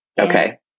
Okay